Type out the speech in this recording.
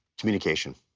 communication.